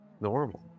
normal